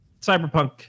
Cyberpunk